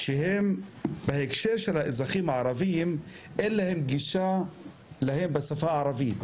שמבחינת האזרחים הערביים אין להן גישה בשפה הערבית.